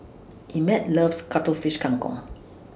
Emett loves Cuttlefish Kang Kong